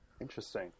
Interesting